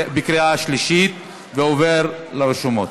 בקריאה שלישית, והוא עובר לרשומות.